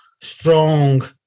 strong